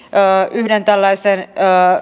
yhden tällaisen